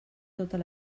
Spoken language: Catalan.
totes